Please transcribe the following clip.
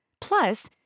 Plus